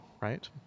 right